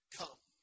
come